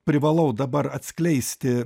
privalau dabar atskleisti